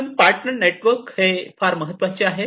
म्हणून partner network हे फार महत्त्वाचे आहे